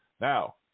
Now